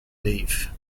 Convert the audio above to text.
leave